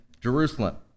Jerusalem